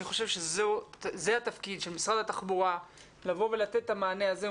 אני חושב שזה התפקיד של משרד התחבורה לבוא ולתת את המענה הזה.